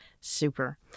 super